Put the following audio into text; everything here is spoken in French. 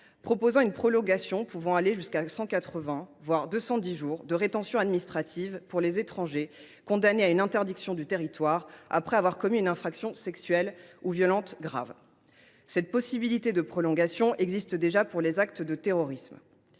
rétention administrative pouvant aller jusqu’à 180, voire 210 jours pour les étrangers condamnés à une interdiction du territoire après avoir commis une infraction sexuelle ou violente grave. Cette possible prolongation existe déjà pour les actes de terrorisme.